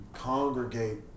congregate